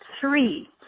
Three